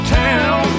town